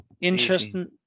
Interesting